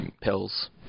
pills